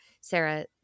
Sarah